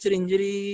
injury